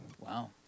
Wow